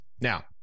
Now